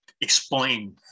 explain